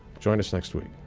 join us next week.